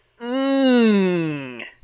mmm